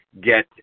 get